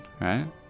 right